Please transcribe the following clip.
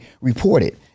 reported